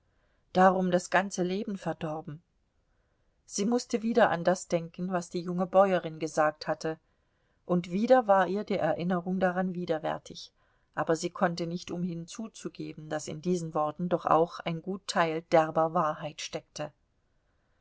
darum das ganze leben verdorben sie mußte wieder an das denken was die junge bäuerin gesagt hatte und wieder war ihr die erinnerung daran widerwärtig aber sie konnte nicht umhin zuzugeben daß in diesen worten doch auch ein gut teil derber wahrheit steckte